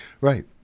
Right